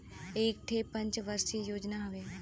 एक ठे पंच वर्षीय योजना हउवे